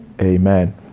Amen